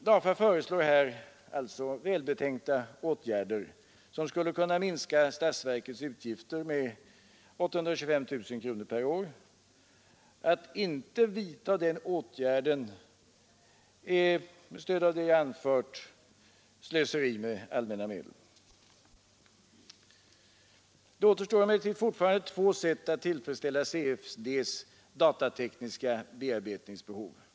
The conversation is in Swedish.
DAFA föreslår här välbetänkta åtgärder, som skulle kunna minska statsverkets utgifter med 825 000 kronor per år. Att inte vidta de åtgärderna tycker jag med stöd av det anförda klart faller under begreppet slöseri med statliga medel. Det återstår emellertid fortfarande två sätt att tillfredsställa CFD:s datatekniska bearbetningsbehov.